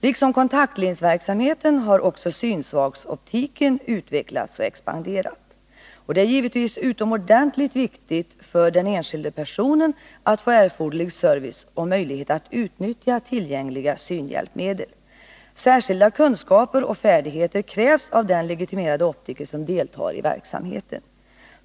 Liksom kontaktlinsverksamheten har också synsvagsoptiken utvecklats och expanderat. Det är givetvis utomordentligt viktigt för den enskilda personen att få erforderlig service och möjlighet att utnyttja tillgängliga synhjälpmedel. Särskilda kunskaper och färdigheter krävs av den leg. optiker, som deltar i verksamheten.